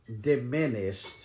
diminished